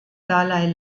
dalai